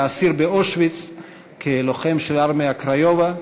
היה אסיר באושוויץ כלוחם של "ארמייה קריובה".